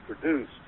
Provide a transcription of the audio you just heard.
produced